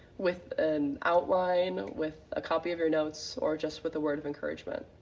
with an outline, with a copy of your notes, or just with the words of encouragement.